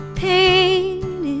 pain